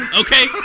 Okay